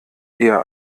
eher